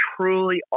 truly